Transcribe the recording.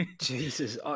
Jesus